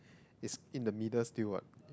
it's in the middle still what